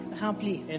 rempli